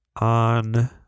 on